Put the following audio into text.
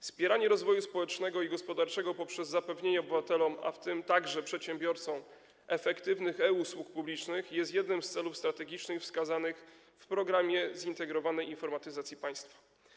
Wspieranie rozwoju społecznego i gospodarczego poprzez zapewnienie obywatelom, w tym także przedsiębiorcom, efektywnych e-usług publicznych jest jednym z celów strategicznych wskazanych w „Programie zintegrowanej informatyzacji państwa”